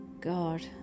God